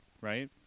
right